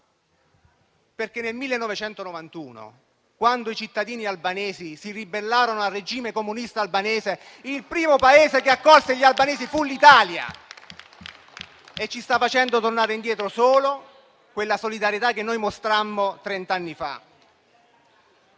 perché nel 1991, quando i cittadini albanesi si ribellarono al regime comunista albanese, il primo Paese che accolse gli albanesi fu l'Italia e ci sta facendo tornare indietro solo quella solidarietà che noi mostrammo trent'anni fa.